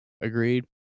Agreed